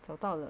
找到了